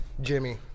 Jimmy